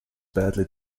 badly